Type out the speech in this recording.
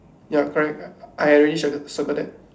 ya correct I already circle~ circled that